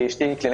מבקש,